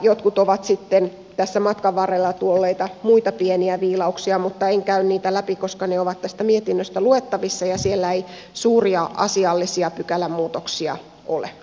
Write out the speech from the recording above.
jotkut ovat sitten tässä matkan varrella tulleita muita pieniä viilauksia mutta en käy niitä läpi koska ne ovat tästä mietinnöstä luettavissa ja siellä ei suuria asiallisia pykälämuutoksia ole